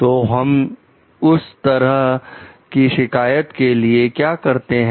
तो हम उस तरह की शिकायत के लिए क्या करते हैं